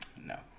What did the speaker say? No